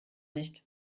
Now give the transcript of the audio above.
nicht